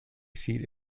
seat